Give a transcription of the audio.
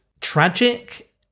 tragic